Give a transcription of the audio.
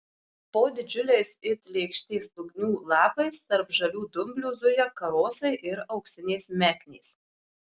po didžiuliais it lėkštės lūgnių lapais tarp žalių dumblių zuja karosai ir auksinės meknės